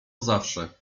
zawsze